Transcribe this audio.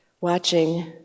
watching